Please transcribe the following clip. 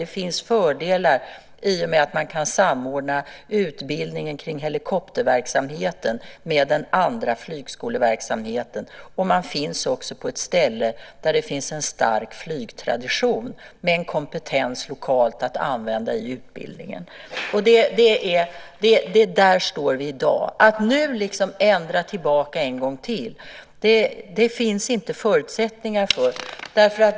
Det finns fördelar i och med att man kan samordna utbildningen kring helikopterverksamheten med den andra flygskoleverksamheten, och man finns också på ett ställe där det finns en stark flygtradition med kompetens lokalt att använda i utbildningen. Det är där vi står i dag. Att nu ändra tillbaka en gång till finns det inte förutsättningar för.